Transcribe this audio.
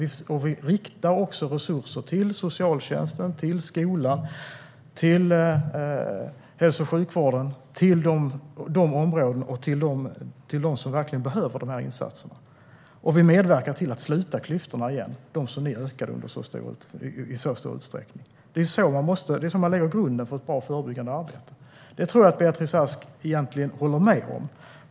Vi riktar också resurser till socialtjänsten, till skolan, till hälso och sjukvården och till de områden och de människor som verkligen behöver de här insatserna. Vi medverkar till att sluta klyftorna igen, dem som ni ökade i så stor utsträckning. Det är så man lägger grunden för ett bra förebyggande arbete. Det här tror jag att Beatrice Ask egentligen håller med om.